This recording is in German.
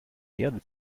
erde